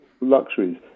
luxuries